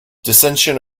dissension